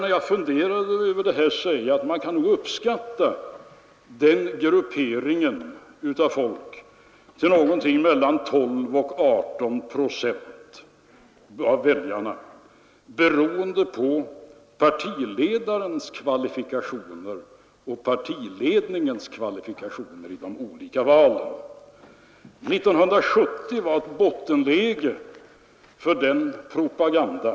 När jag funderat över detta har jag sagt mig att man kan nog uppskatta den gruppen till någonting mellan 12 och 18 procent av väljarna, beroende på partiledarens och partiledningens kvalifikationer i de olika valen. 1970 var det ett bottenläge för den propagandan.